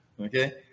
Okay